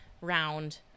round